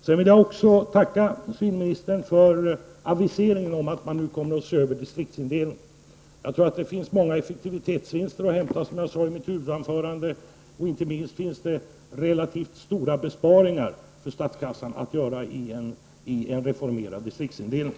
Jag vill också tacka civilministern för avviseringen om att distriktsindelningen kommer att ses över. Här finns många effektivitetsvinster att hämta, som jag sade i mitt huvudanförande. Inte minst finns det relativt stora besparingar för statskassan att göra genom en reformerad distriktsindelning.